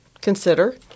consider